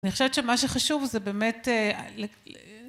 אני חושבת שמה שחשוב זה באמת...